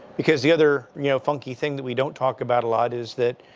because the other, you know, funky thing that we don't talk about a lot is that,